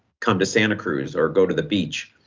come to santa cruz or go to the beach.